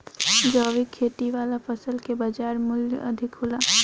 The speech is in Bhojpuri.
जैविक खेती वाला फसल के बाजार मूल्य अधिक होला